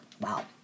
Wow